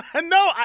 No